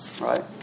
Right